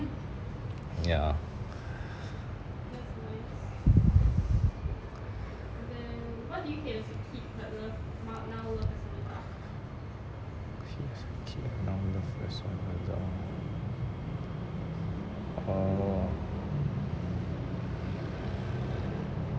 yeah hate as a kid now love as an adult uh